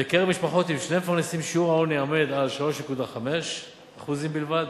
בקרב משפחות עם שני מפרנסים שיעור העוני עומד על 3.5% בלבד,